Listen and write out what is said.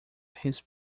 his